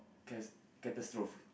cas~ catastrophe